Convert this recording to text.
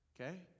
Okay